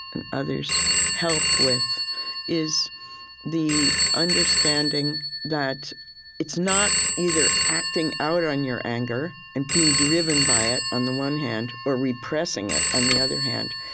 and others help with is the understanding that it's not either acting out on your anger and being driven by it, on the one hand, or repressing it, on the other hand.